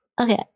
Okay